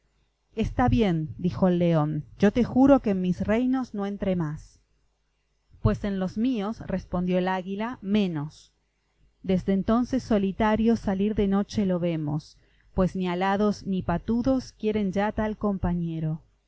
está bien dijo el león yo te juro que en mis reinos no entre más pues en los míos respondió el águila menos desde entonces solitario salir de noche le vemos pues ni alados ni patudos quieren ya tal compañero